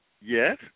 Yes